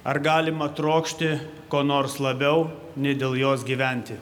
ar galima trokšti ko nors labiau nei dėl jos gyventi